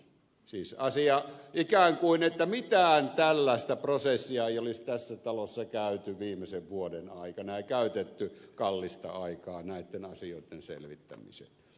vai niin siis ikään kuin että mitään tällaista prosessia ei olisi tässä talossa käyty viimeisen vuoden aikana ja käytetty kallista aikaa näitten asioitten selvittämiseen